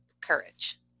Courage